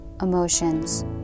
emotions